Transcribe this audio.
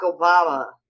Obama